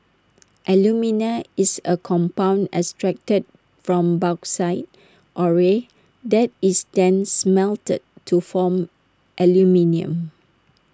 alumina is A compound extracted from bauxite ore that is then smelted to form aluminium